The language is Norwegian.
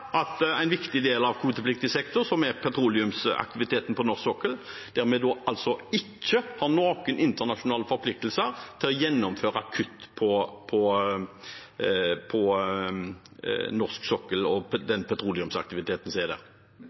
en viktig del av kvotepliktig sektor, petroleumsaktiviteten på norsk sokkel. Vi har altså ikke noen internasjonale forpliktelser til å gjennomføre kutt på norsk sokkel og den petroleumsaktiviteten som er der? Det